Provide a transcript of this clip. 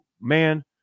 man